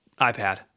iPad